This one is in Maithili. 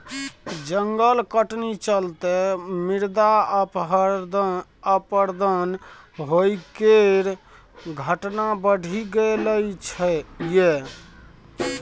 जंगल कटनी चलते मृदा अपरदन होइ केर घटना बढ़ि गेलइ यै